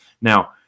Now